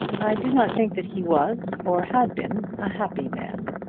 i do not think that he was, or had been, a happy man.